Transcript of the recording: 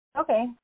Okay